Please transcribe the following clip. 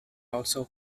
also